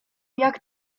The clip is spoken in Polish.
jak